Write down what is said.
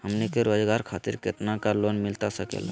हमनी के रोगजागर खातिर कितना का लोन मिलता सके?